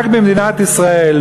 רק במדינת ישראל,